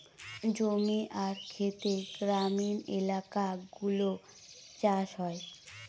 জমি আর খেতে গ্রামীণ এলাকাগুলো চাষ হয়